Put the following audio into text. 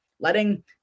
letting